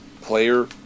player